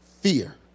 Fear